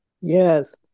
Yes